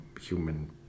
human